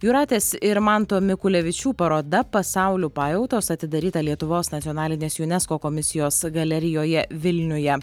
jūratės ir manto mikulevičių paroda pasaulių pajautos atidaryta lietuvos nacionalinės unesco komisijos galerijoje vilniuje